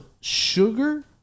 Sugar